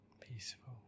peaceful